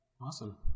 awesome